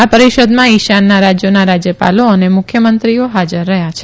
આ પરીષદમાં ઈશાનના રાજ્યોના રાજ્યપાલો અને મુખ્યમંત્રીઓ હાજર રહ્યાં છે